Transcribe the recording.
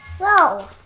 Whoa